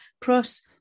plus